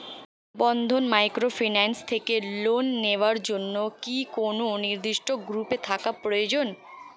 বন্ধন microfinance থেকে loan নেওয়ার জন্য কি কোন নির্দিষ্ট গ্রুপে থাকা প্রয়োজন?